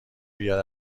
بیاد